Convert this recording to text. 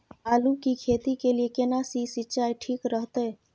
आलू की खेती के लिये केना सी सिंचाई ठीक रहतै?